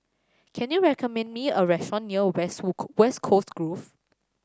can you recommend me a restaurant near West Coast Grove